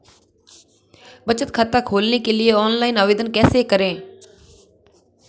बचत खाता खोलने के लिए ऑनलाइन आवेदन कैसे करें?